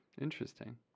Interesting